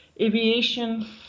aviation